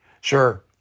Sure